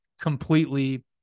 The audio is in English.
completely